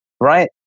Right